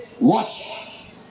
watch